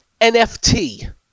NFT